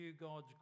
God's